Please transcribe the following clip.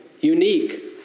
Unique